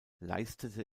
leistete